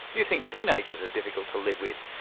you think teenagers are difficult to live with,